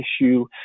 issue